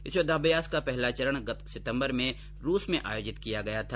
इस युद्धाभ्यास का पहला चरण गत सितंबर में रूस में आयोजित किया गया था